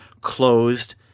closed